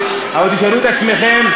אבל תשאלו את עצמכם,